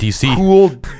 cool